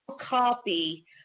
copy